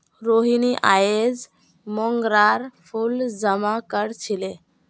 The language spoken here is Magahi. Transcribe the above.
रोहिनी अयेज मोंगरार फूल जमा कर छीले